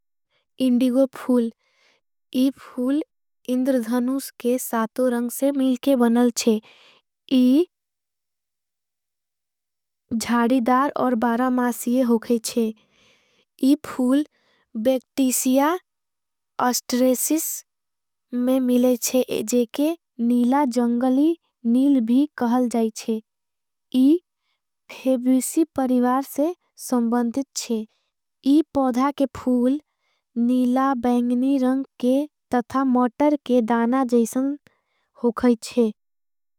इन्डिगो फूल इन्डिगो फूल इंद्रधनूस के साथो रंग से। मिलके बनल चे इ जाड़ीदार और बारा मासिये होके चे। इन्डिगो फूल बेक्टीसिया अस्ट्रेसिस में मिले चे जे के। नीला जंगली नील भी कहल जाई चे इन्डिगो फूल फेबीशी। परिवार से सम्बन्तिच चे इन्डिगो फूल नीला बैंगनी। रंग के तथा मोटर के दाना जैसन होके चे।